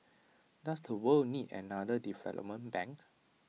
does the world need another development bank